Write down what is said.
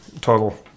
total